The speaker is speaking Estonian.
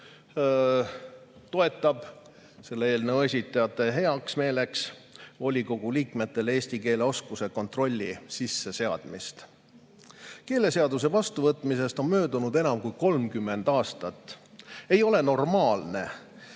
toetab selle eelnõu esitajate heameeleks volikogu liikmete eesti keele oskuse kontrolli sisseseadmist. Keeleseaduse vastuvõtmisest on möödunud enam kui 30 aastat. Ei ole normaalne,